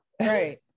Right